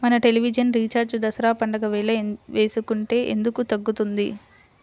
మన television recharge Dasara పండగ వేళ వేసుకుంటే ఎందుకు తగ్గుతుంది?